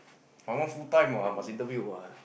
but most full time what must interview what